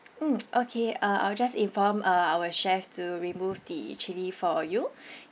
mm okay uh I will just inform uh our chef to remove the chilli for you